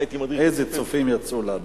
איזה צופים יצאו לנו.